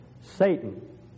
Satan